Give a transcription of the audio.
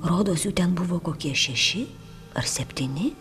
rodos jų ten buvo kokie šeši ar septyni